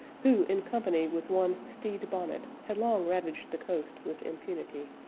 who in company with one stede bonnet, had long ravaged the coast with impunity.